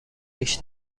ریش